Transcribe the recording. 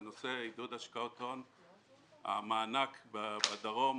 בנושא עידוד השקעות הון, המענק בדרום,